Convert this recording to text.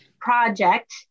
Project